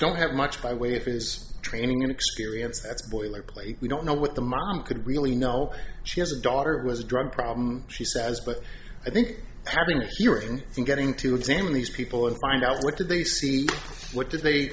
don't have much by way of his training and experience that's boilerplate we don't know what the mom could really know she has a daughter who was a drug problem she says but i think having a few working and getting to examine these people is find out what did they see what did they